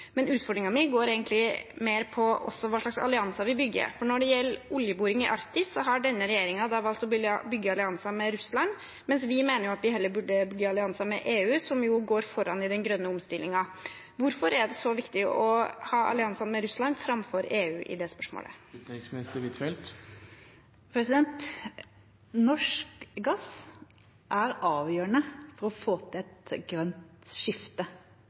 Men utfordringen min går egentlig mer på hva slags allianser vi bygger. Når det gjelder oljeboring i Arktis, har denne regjeringen valgt å bygge allianser med Russland, mens vi mener at vi heller burde bygge allianser med EU, som jo går foran i den grønne omstillingen. Hvorfor er det så viktig å ha allianser med Russland framfor med EU i det spørsmålet? Norsk gass er avgjørende for å få til et grønt skifte